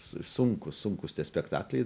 su sunkūs sunkūs tie spektakliai